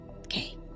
Okay